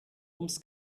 ums